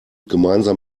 gemeinsam